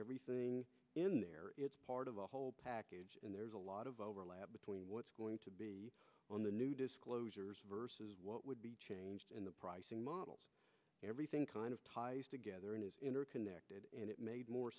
everything in there it's part of the whole package and there's a lot of overlap between what's going to be on the new disclosures versus what would be changed in the pricing models everything kind of ties together and is interconnected and it made more